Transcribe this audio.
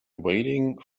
waiting